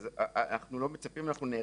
אנחנו לא מצפים, אנחנו נערכים,